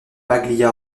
paglia